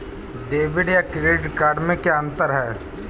Debit या credit card में क्या अन्तर है?